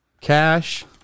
cash